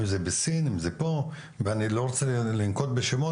אם זה בסין, אם זה פה, ואני לא רוצה לנקוט בשמות,